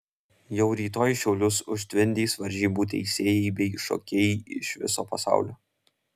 jau rytoj šiaulius užtvindys varžybų teisėjai bei šokėjai iš viso pasaulio